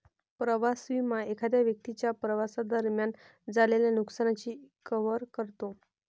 प्रवास विमा एखाद्या व्यक्तीच्या प्रवासादरम्यान झालेल्या नुकसानाची कव्हर करतो